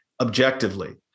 objectively